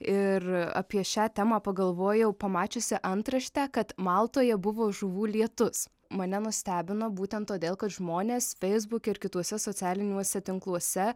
ir apie šią temą pagalvojau pamačiusi antraštę kad maltoje buvo žuvų lietus mane nustebino būtent todėl kad žmonės feisbuke ir kituose socialiniuose tinkluose